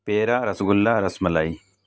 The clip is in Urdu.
پیڑا رس گلا رس ملائی